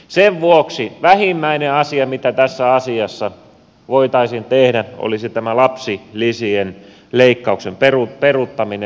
sen vuoksi vähimmäinen asia mitä tässä asiassa voitaisiin tehdä olisi tämä lapsilisien leik kauksen peruuttaminen